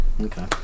Okay